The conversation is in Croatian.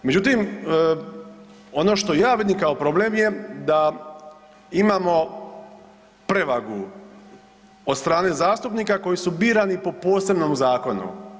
Međutim, ono što ja vidim kao problem je da imamo prevagu od strane zastupnika koji su birani po posebnom zakonu.